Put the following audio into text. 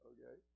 Okay